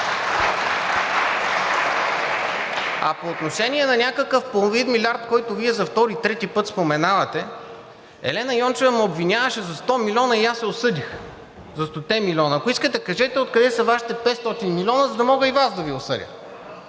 А по отношение на някакъв половин милиард, който Вие за втори и трети път споменавате, Елена Йончева ме обвиняваше за 100 милиона и аз я осъдих, ако искате, кажете откъде са Вашите 500 милиона, за да мога и Вас да Ви осъдя.